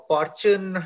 Fortune